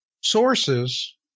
sources